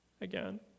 again